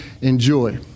enjoy